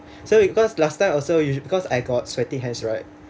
so because last time also you because I got sweaty hands right